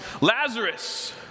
Lazarus